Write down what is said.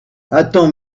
attends